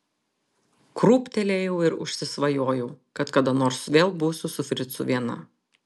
krūptelėjau ir užsisvajojau kad kada nors vėl būsiu su fricu viena